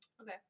Okay